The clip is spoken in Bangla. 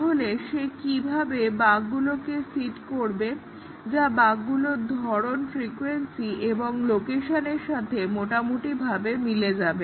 তাহলে সে কি ভাবে বাগগুলোকে সিড করবে যা বাগগুলোর ধরণ ফ্রিকোয়েন্সি এবং লোকেশনের সাথে মোটামুটিভাবে মিলে যাবে